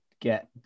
get